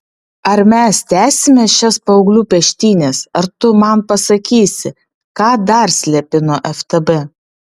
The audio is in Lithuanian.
ar mes tęsime šias paauglių peštynes ar tu man pasakysi ką dar slepi nuo ftb